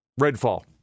Redfall